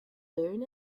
learn